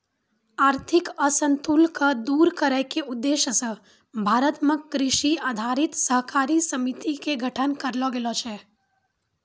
आर्थिक असंतुल क दूर करै के उद्देश्य स भारत मॅ कृषि आधारित सहकारी समिति के गठन करलो गेलो छै